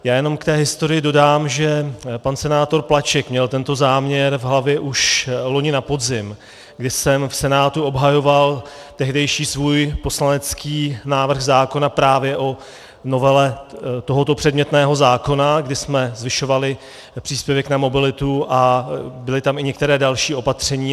Ještě k té historii dodám, že pan senátor Plaček měl tento záměr v hlavě už loni na podzim, kdy jsem v Senátu obhajoval tehdejší svůj poslanecký návrh zákona právě o novele tohoto předmětného zákona, kdy jsme zvyšovali příspěvek na mobilitu, a byla tam i některé další opatření.